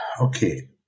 Okay